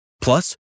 Plus